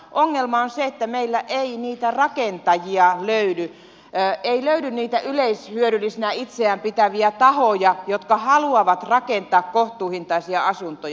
ongelma on se että meillä ei niitä rakentajia löydy ei löydy niitä yleishyödyllisinä itseään pitäviä tahoja jotka haluavat rakentaa kohtuuhintaisia asuntoja